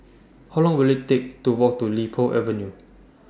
How Long Will IT Take to Walk to Li Po Avenue